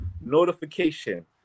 notification